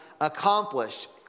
accomplished